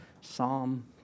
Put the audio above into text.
Psalm